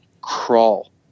crawl